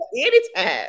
Anytime